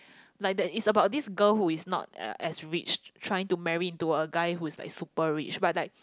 like that is about this girl who is not as rich trying to marry into a guy who is like super rich